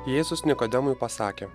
jėzus nikodemui pasakė